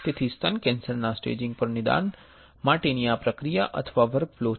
તેથી સ્તન કેન્સરના સ્ટેજીંગ પર નિદાન માટેની આ પ્રક્રિયા અથવા વર્કફ્લો છે